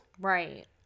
Right